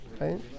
right